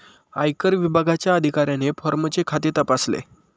आयकर विभागाच्या अधिकाऱ्याने फॉर्मचे खाते तपासले